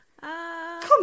Come